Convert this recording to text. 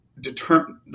determine